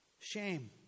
Shame